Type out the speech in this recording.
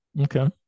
okay